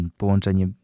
połączenie